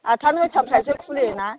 आतथा नयथाफ्रावसो खुलियो ना